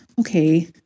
okay